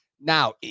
Now